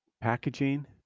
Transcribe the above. packaging